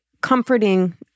comforting